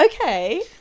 Okay